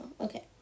Okay